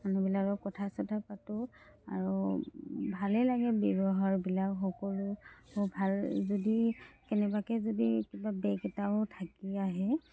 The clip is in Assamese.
মানুহবিলাকৰ কথা চথা পাতোঁ আৰু ভালেই লাগে ব্যৱহাৰবিলাক সকলো ভাল যদি কেনেবাকৈ যদি কিবা বেগ এটাও থাকি আহে